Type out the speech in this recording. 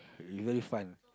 really fun